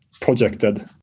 projected